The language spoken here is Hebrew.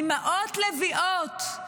אימהות לביאות,